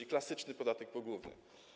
To klasyczny podatek pogłówny.